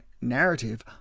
narrative